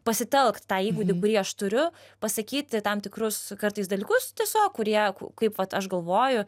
pasitelkt tą įgūdį kurį aš turiu pasakyti tam tikrus kartais dalykus tiesiog kurie kaip vat aš galvoju